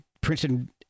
Princeton